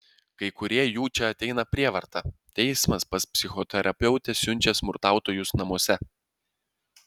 kai kurie jų čia ateina prievarta teismas pas psichoterapeutę siunčia smurtautojus namuose